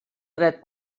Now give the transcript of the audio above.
dret